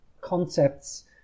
concepts